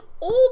old